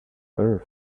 earth